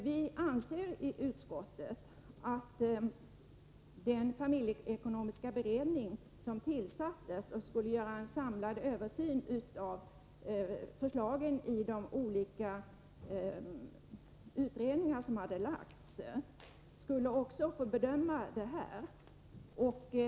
Vi anser i utskottet att den familjeekonomiska beredning som tillsattes och skulle göra en samlad översyn av förslagen från de olika utredningar som har arbetat skall få bedöma också denna fråga.